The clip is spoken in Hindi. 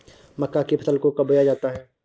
मक्का की फसल को कब बोया जाता है?